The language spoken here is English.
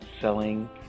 selling